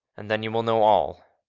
and then you will know all.